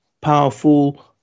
powerful